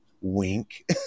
wink